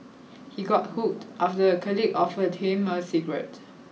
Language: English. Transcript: he got hooked after a colleague offered him a cigarette